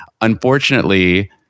Unfortunately